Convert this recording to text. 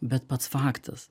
bet pats faktas